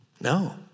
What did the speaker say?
No